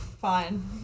Fine